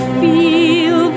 feel